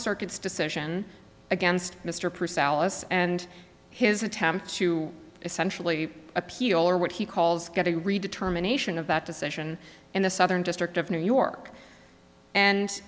circuits decision against mr purcel us and his attempt to essentially appeal or what he calls get a read determination of that decision in the southern district of new york and